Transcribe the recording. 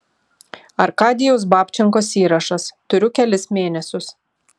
arkadijaus babčenkos įrašas turiu kelis mėnesius